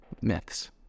myths